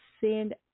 send